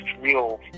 real